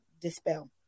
dispel